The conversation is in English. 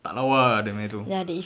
tak lawa ah dia punya tu